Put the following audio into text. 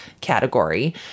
category